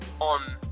on